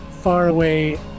faraway